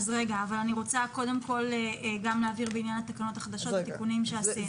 אבל אני רוצה קודם כל גם להבהיר בעניין התקנות החדשות תיקונים שעשינו.